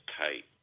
tight